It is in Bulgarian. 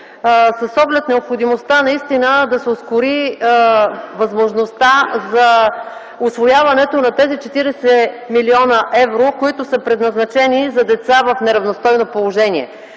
с оглед необходимостта да се ускори възможността за усвояването на тези 40 млн. евро, които са предназначени за деца в неравностойно положение.